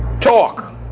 Talk